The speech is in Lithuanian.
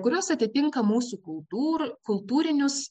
kurios atitinka mūsų kultūrų kultūrinius